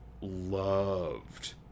loved